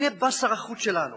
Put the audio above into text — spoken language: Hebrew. והנה בא שר החוץ שלנו,